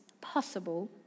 possible